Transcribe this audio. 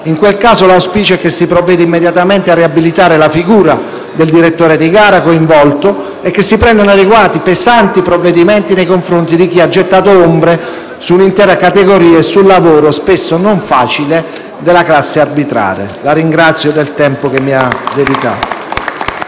In quel caso, l'auspicio è che si provveda immediatamente a riabilitare la figura del direttore di gara coinvolto e che si prendano adeguati e pesanti provvedimenti nei confronti di chi ha gettato ombre su un'intera categoria e sul lavoro, spesso non facile, della classe arbitrale. *(Applausi dal Gruppo M5S)*.